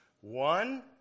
One